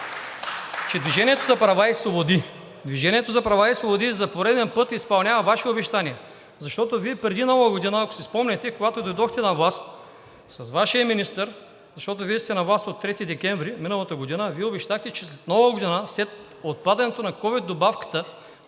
че „Движение за права и свободи“ за пореден път изпълнява Ваше обещание, защото Вие преди Нова година, ако си спомняте, когато дойдохте на власт с Вашия министър, защото Вие сте на власт от 3 декември миналата година, Вие обещахте, че след Нова година, след отпадането на ковид добавката,